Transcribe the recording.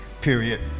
period